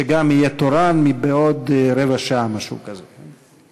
שגם יהיה תורן מעוד רבע שעה, משהו כזה.